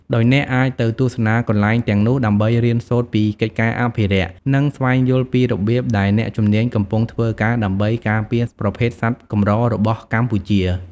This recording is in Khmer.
ដោយអ្នកអាចទៅទស្សនាកន្លែងទាំងនោះដើម្បីរៀនសូត្រពីកិច្ចការអភិរក្ស និងស្វែងយល់ពីរបៀបដែលអ្នកជំនាញកំពុងធ្វើការដើម្បីការពារប្រភេទសត្វកម្ររបស់កម្ពុជា។